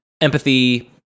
empathy